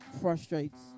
frustrates